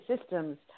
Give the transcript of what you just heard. systems